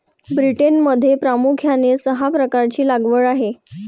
ब्रिटनमध्ये प्रामुख्याने सहा प्रकारची लागवड आहे